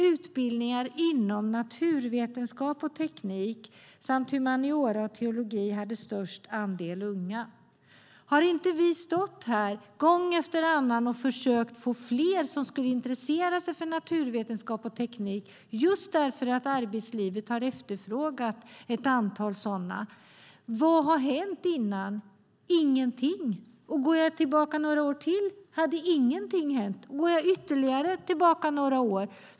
Utbildningar inom naturvetenskap och teknik samt humaniora och teologi hade störst andel unga. Har vi inte stått här gång efter annan och försökt få fler att intressera sig för naturvetenskap och teknik just därför att arbetslivet har efterfrågat ett antal sådana? Vad har hänt tidigare? Ingenting. Jag kan gå tillbaka några år till. Då hade det inte heller hänt någonting. Jag kan gå tillbaka ytterligare några år.